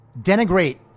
denigrate